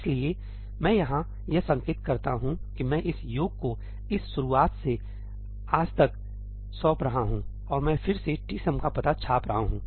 इसलिए मैं यहां यह संकेत करता हूं कि मैं इस योग को इस शुरुआत से आज तक सौंप रहा हूं और मैं फिर से tsum का पता छाप रहा हूं